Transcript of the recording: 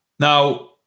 Now